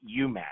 UMass